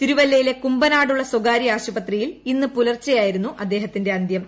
തിരുവല്ലയിലെ കുമ്പനാടുള്ള സ്വകാര്യ ആശുപത്രിയിൽ ഇന്ന് പുലർച്ചെയായിരുന്നു അദ്ദേഹത്തിന്റെ അന്ത്യം